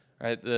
right